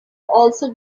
also